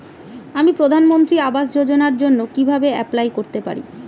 আমি প্রধানমন্ত্রী আবাস যোজনার জন্য কিভাবে এপ্লাই করতে পারি?